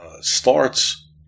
starts